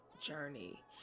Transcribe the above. journey